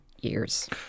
years